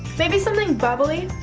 maybe something bubbly.